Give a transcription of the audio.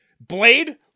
Blade